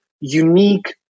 unique